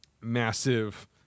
massive